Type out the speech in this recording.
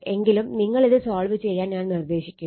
എങ്കിലും നിങ്ങളിത് സോൾവ് ചെയ്യാൻ ഞാൻ നിർദ്ദേശിക്കുന്നു